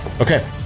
okay